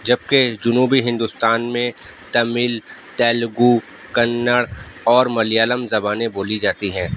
جبکہ جنوبی ہندوستان میں تمل تیلگو کنڑ اور ملیالم زبانیں بولی جاتی ہیں